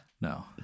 No